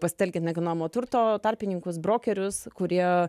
pasitelkiant nekilnojamo turto tarpininkus brokerius kurie